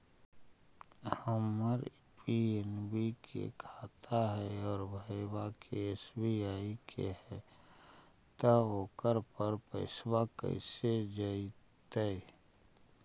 हमर पी.एन.बी के खाता है और भईवा के एस.बी.आई के है त ओकर पर पैसबा कैसे जइतै?